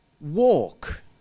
walk